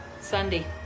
Sunday